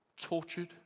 tortured